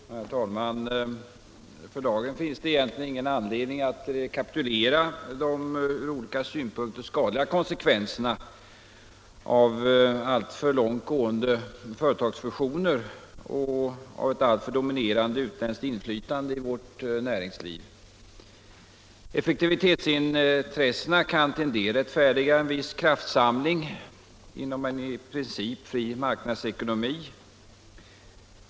Herr talman! För dagen finns det egentligen ingen anledning att rekapitulera de ur olika synpunkter skadliga konsekvenserna av alltför långtgående företagsfusioner och av ett alltför dominerande utländskt inflytande i vårt näringsliv. Effektivitetsintressen kan till en del rättfärdiga en viss ”kraftsamling” inom en i princip fri marknadsekonomi.